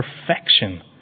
perfection